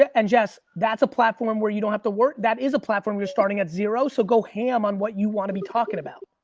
and jess, that's a platform where you don't have to work. that is a platform where you're starting at zero, so go ham on what you wanna be talking about.